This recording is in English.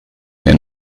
and